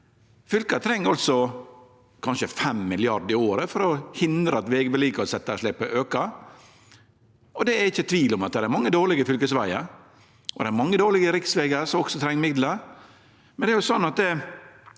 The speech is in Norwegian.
fylka treng kanskje 5 mrd. kr i året for å hindre at vegvedlikehaldsetterslepet aukar. Det er ikkje tvil om at det er mange dårlege fylkesvegar og mange dårlege riksvegar som også treng midlar.